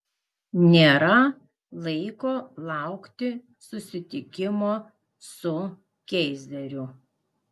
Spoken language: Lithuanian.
nėra laiko laukti susitikimo su keizeriu